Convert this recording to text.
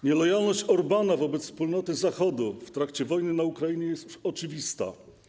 Nielojalność Orbána wobec wspólnoty Zachodu w trakcie wojny na Ukrainie jest już oczywista.